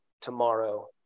tomorrow